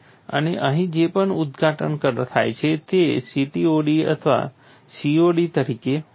અને અહીં જે પણ ઉદઘાટન થાય છે તે CTOD અથવા COD તરીકે ઓળખાય છે